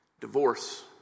divorce